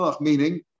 meaning